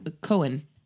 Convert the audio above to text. Cohen